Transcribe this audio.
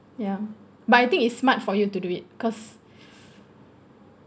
ya but I think it's smart for you to do it cause